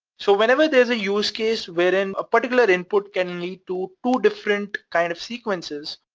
so whenever there's a use case wherein ah particular input can lead to two different kind of sequences,